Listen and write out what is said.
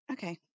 Okay